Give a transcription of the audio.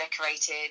decorated